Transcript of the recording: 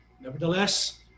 Nevertheless